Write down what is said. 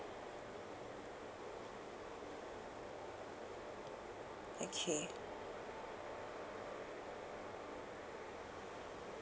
okay